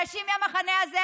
אנשים מהמחנה הזה,